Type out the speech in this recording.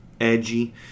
edgy